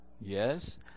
Yes